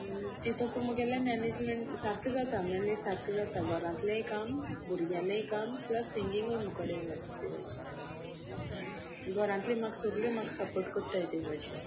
तितुकू म्हगेलें मॅनेजमेंट सारको जाता मॅनेज सारको जाता घरांतलेंय काम भुरग्यांलेंय काम प्लस सिंगींगूय मुकोडेन जाता ते भशेन घरांतली म्हाका सगलीं म्हाका सपोर्ट करता तेभशेन